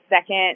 second